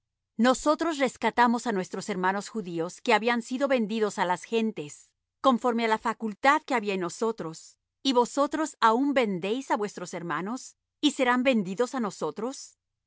nosotros rescatamos á nuestros hermanos judíos que habían sido vendidos á las gentes conforme á la facultad que había en nosotros y vosotros aun vendéis á vuestros hermanos y serán vendidos á nosotros